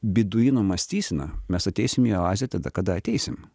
beduino mąstysena mes ateisim į oazę tada kada ateisim